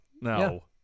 No